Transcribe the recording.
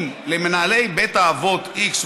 אם למנהלי בית האבות x,